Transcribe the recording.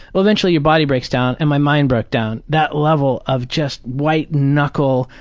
eventually your body breaks down and my mind broke down. that level of just white-knuckle,